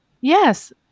yes